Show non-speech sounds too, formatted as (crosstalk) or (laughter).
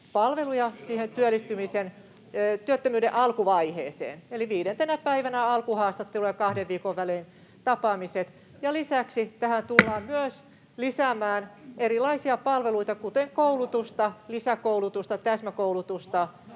palveluja siihen työttömyyden alkuvaiheeseen — eli viidentenä päivänä alkuhaastattelu ja kahden viikon välein tapaamiset. (noise) Lisäksi tähän tullaan myös lisäämään erilaisia palveluita, kuten koulutusta — lisäkoulutusta, täsmäkoulutusta